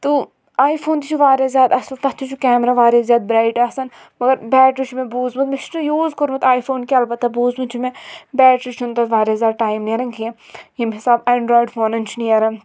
تہٕ iPhone تہِ چھُ واریاہ زیادٕ اصٕل تَتھ تہِ چھُ کیمرا واریاہ زیادٕ برٛایٹ آسان مگر بیٹری چھُ مےٚ بوٗزمُت مےٚ چھُنہٕ یوٗز کوٚرمُت آے فوٗن کیٚنٛہہ البتہ بوٗزمُت چھُ مےٚ بیٹری چھُنہٕ تتھ واریاہ زیادٕ ٹایم نیران کیٚنٛہہ ییٚمہِ حِساب ایٚنڈرٛایِڈ فونَن چھُ نیران